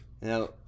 Now